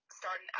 Starting